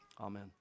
Amen